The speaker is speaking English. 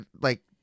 like-